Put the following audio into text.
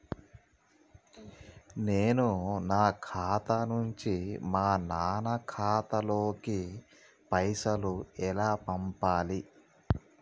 నేను నా ఖాతా నుంచి మా నాన్న ఖాతా లోకి పైసలు ఎలా పంపాలి?